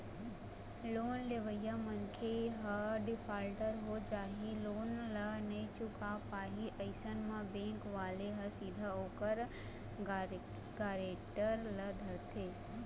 loan लेवइया मनखे ह डिफाल्टर हो जाही लोन ल नइ चुकाय पाही अइसन म बेंक वाले ह सीधा ओखर गारेंटर ल धरथे